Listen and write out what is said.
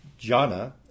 Jhana